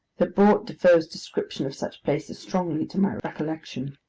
that brought defoe's description of such places strongly to my recollection.